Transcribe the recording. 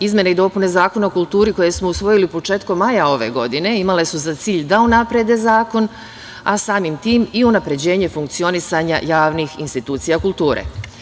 Izmene i dopune Zakona o kulturi koje smo usvojili početkom maja ove godine imale su za cilj da unaprede zakon, a samim tim i unapređenje funkcionisanja javnih institucija kulture.